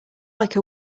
like